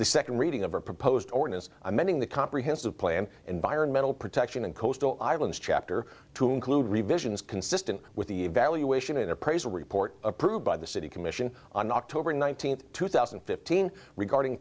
the second reading of a proposed ordinance amending the comprehensive plan environmental protection and coastal islands chapter to include revisions consistent with the evaluation and appraisal report approved by the city commission on october nineteenth two thousand and fifteen regarding